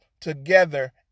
together